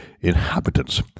inhabitants